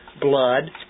blood